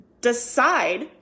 decide